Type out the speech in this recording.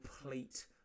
complete